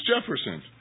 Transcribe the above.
Jefferson